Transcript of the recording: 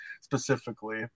specifically